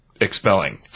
expelling